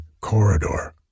corridor